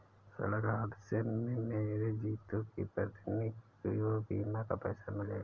सड़क हादसे में मरे जितू की पत्नी को बीमा का पैसा मिलेगा